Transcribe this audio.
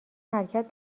حرکت